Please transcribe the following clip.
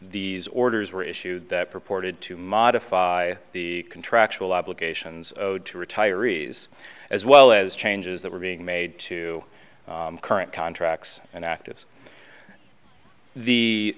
these orders were issued that purported to modify the contractual obligations to retirees as well as changes that were being made to current contracts and active the